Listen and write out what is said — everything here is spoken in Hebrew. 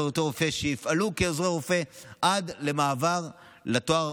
לפעול עמיתי הרופא שפעלו כעוזרי רופא עד למעבר לתואר